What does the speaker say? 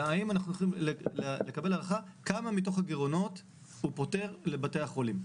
והאם אנחנו הולכים לקבל הערכה כמה מתוך הגירעונות הוא פותר לבתי החולים?